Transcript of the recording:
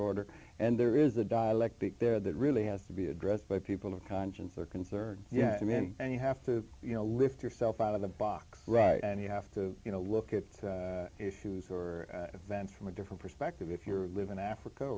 order and there is a dialectic there that really has to be addressed by people of conscience are concerned yeah i mean you have to you know lift yourself out of the box right and you have to you know look at the issues or events from a different perspective if you're live in africa